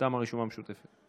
מטעם הרשימה המשותפת.